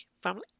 family